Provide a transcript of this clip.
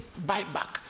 buyback